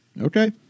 Okay